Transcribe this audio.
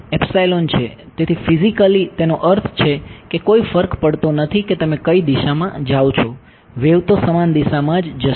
છે તેથી ફિઝિકલી તેનો અર્થ એ છે કે કોઈ ફર્ક પડતો નથી કે તમે કઈ દિશામાં જાઓ છો વેવ તો સમાન દિશામાં જ જશે